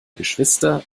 geschwister